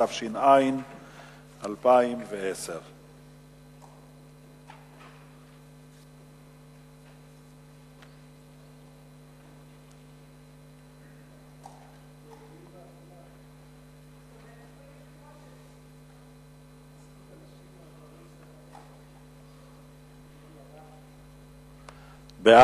התש"ע 2010. סעיף 1 נתקבל.